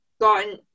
gotten